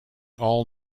all